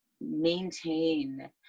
maintain